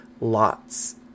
lots